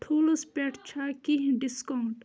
ٹھوٗلس پٮ۪ٹھ چھےٚ کیٚںٛہہ ڈِسکاوُنٛٹ